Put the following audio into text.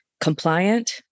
compliant